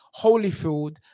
Holyfield